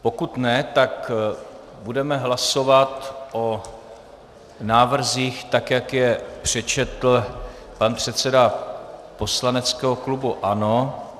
Pokud ne, tak budeme hlasovat o návrzích, tak jak je přečetl pan předseda poslaneckého klubu ANO.